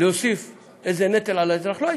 להוסיף איזה נטל על האזרח לא הייתה.